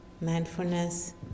mindfulness